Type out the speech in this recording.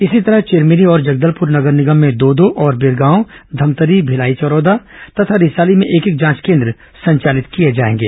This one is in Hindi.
इसी तरह चिरमिरी और जगदलपुर नगर निगम में दो दो और बिरगांव धमतरी भिलाई चरोदा तथा रिसाली में एक एक जांच केन्द्र संचालित किए जाएंगे